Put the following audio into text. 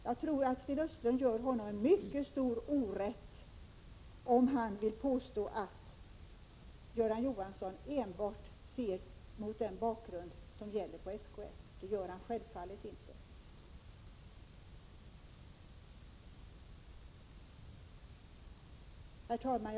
Jag tror att Sten Östlund gör honom mycket stor orätt, om han vill påstå att Göran Johansson enbart ser mot den bakgrund som gäller på SKF. Det gör han självfallet inte. Herr talman!